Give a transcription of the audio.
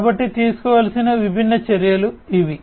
కాబట్టి తీసుకోవలసిన విభిన్న చర్యలు ఇవి